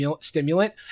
stimulant